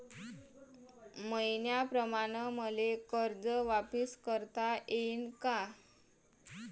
मईन्याप्रमाणं मले कर्ज वापिस करता येईन का?